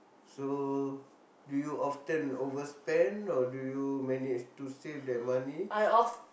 so do you often overspend or do you manage to save that money